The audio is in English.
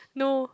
no